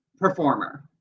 performer